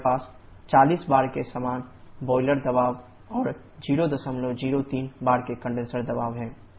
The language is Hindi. हमारे पास 40 बार के समान बॉयलर दबाव और 003 बार के कंडेनसर दबाव हैं